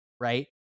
right